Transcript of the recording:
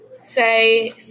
say